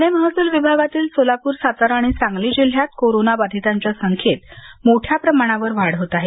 पूणे महसूल विभागातील सोलापूर सातारा आणि सांगली जिल्ह्यात कोरोना बाधितांच्या संख्येत मोठ्या प्रमाणावर वाढ होत आहे